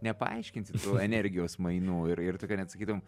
nepaaiškinsi tų energijos mainų ir ir tokio net sakytum